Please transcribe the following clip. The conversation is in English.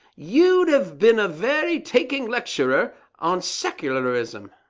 you'd have been a very taking lecturer on secularism.